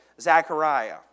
Zechariah